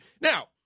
Now